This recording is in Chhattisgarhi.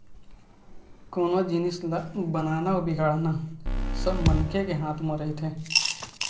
कोनो जिनिस ल बनाना अउ बिगाड़ना सब मनखे के हाथ म रहिथे